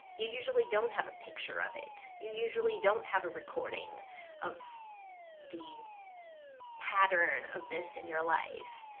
you usually don't have a picture of it. you usually don't have a recording of the pattern of this in your life.